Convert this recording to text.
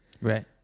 Right